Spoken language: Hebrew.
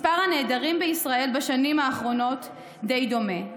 מספר הנעדרים בישראל בשנים האחרונות די דומה.